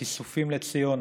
הכיסופים לציון,